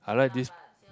I like this